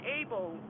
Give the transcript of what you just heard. able